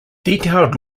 detailed